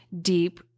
deep